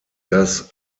das